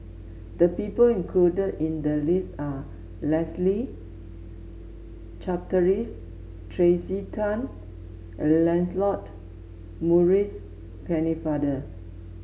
the people included in the list are Leslie Charteris Tracey Tan and Lancelot Maurice Pennefather